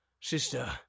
sister